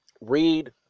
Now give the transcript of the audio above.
read